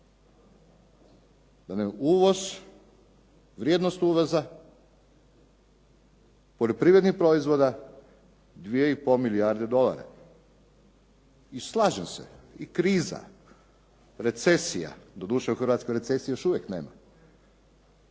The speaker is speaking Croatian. uvoz, vrijednost uvoza poljoprivrednih proizvoda 2 i pol milijarde dolara. I slažem se i kriza, recesija, doduše u Hrvatskoj recesije još uvijek nema,